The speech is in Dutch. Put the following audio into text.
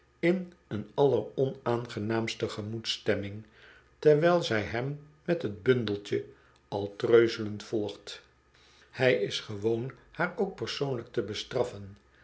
in een alleronaangenaamstegemoedsstemming terwijl zij hem met t bundeltje al treuzelend volgt hij is gewoon haar ook persoonlijk te bestraffen